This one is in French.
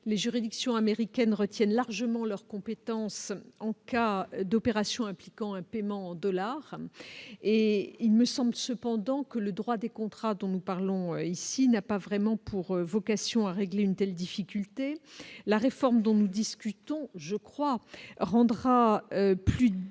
les juridictions Amérique. Ken retiennent largement leurs compétences en cas d'opération impliquant un paiement en dollars et il me semble cependant que le droit des contrats dont nous parlons ici n'a pas vraiment pour vocation à régler une telle difficulté la réforme dont nous discutons, je crois, rendra plus de